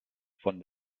von